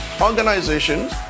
organizations